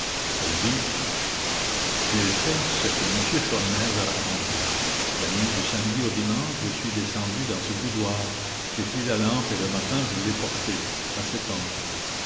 elle dit j'ai fait ce que m sholmès a raconté la nuit du samedi au dimanche je suis descendue dans ce boudoir j'ai pris la lampe et le matin je l'ai portée à cet homme